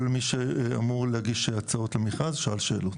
כל מי שאמור להגיש הצעות למכרז שאל שאלות.